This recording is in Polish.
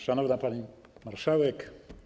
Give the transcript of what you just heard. Szanowna Pani Marszałek!